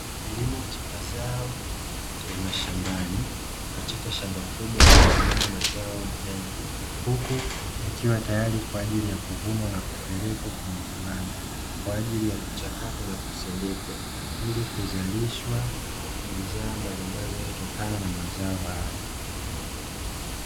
Kilimo cha mazao ya mashambani katika shamba kubwa lililomea mazao mengi, huku yakiwa tayari kwa ajili ya kuvunwa na kupelekwa kwenye viwanda kwa ajili ya kuchakatwa na kusindikwa, ili kuzalishwa bidhaa mbalimbali zinazotokana na mazao haya.